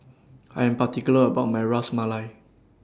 I Am particular about My Ras Malai